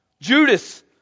Judas